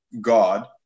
God